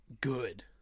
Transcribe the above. good